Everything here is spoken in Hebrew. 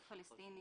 זה זיקה למקרקעין.